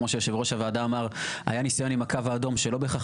כמו שיושב ראש הוועדה אמר,